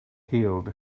healed